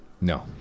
No